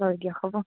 হয় দিয়ক হ'ব